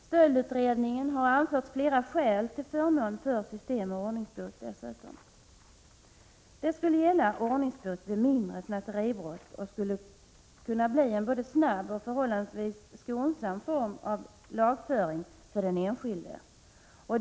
Stöldutredningen har dessutom anfört flera skäl till förmån för ett system med ordningsbot. Ordningsbot vid mindre snatteribrott skulle kunna bli en både snabb och förhållandevis skonsam form av lagföring för den enskilde.